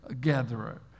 gatherer